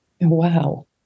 Wow